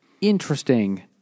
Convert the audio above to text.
interesting